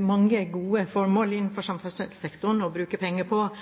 mange gode formål å bruke penger på innenfor samferdselssektoren. Mandag i forrige uke hadde jeg den glede å